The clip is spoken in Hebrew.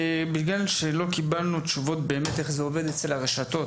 בגלל שלא קיבלנו תשובות לגבי איך זה עובד אצל הרשתות,